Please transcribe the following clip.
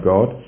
God